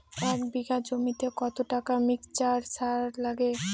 এক বিঘা জমিতে কতটা মিক্সচার সার লাগে?